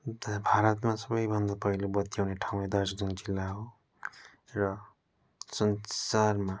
अन्त भारतमा सबैभन्दा पहिले बत्ती आउने ठाउँ नै दार्जिलिङ जिल्ला हो र संसारमा